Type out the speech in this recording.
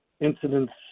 incidents